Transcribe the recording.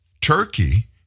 Turkey